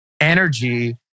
energy